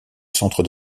centre